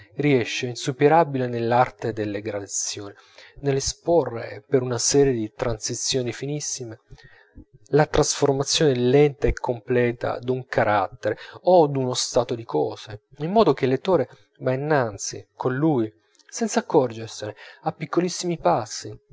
riesce insuperabile nell'arte delle gradazioni nell'esporre per una serie di transizioni finissime la trasformazione lenta e completa d'un carattere o d'uno stato di cose in modo che il lettore va innanzi con lui senz'accorgersene a piccolissimi passi